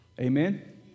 Amen